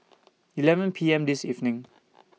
eleven P M This evening